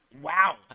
Wow